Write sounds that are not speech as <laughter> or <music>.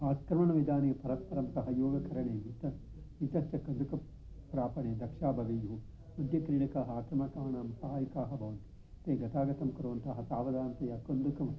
<unintelligible>